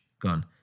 gone